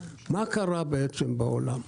מה קרה בעולם?